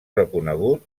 reconegut